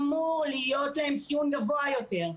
אמור להיות להן ציון גבוה יותר,